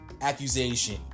accusation